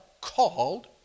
called